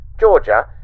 Georgia